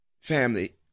family